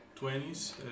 20s